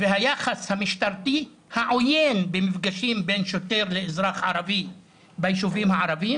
והיחס המשטרתי העוין במפגשים בין שוטר ואזרח ערבי ביישובים הערבים.